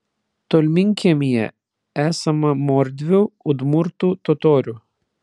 tolminkiemyje esama mordvių udmurtų totorių